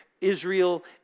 Israel